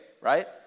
right